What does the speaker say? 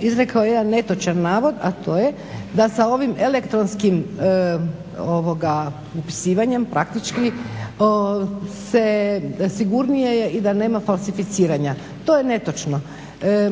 izrekao je jedan netočan navod, a to je da sa ovim elektronskim upisivanjem praktički se, sigurnije je i da nema falsificiranja. To je netočno.